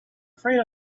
afraid